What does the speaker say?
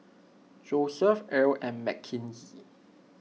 Joeseph Earl and Mckenzie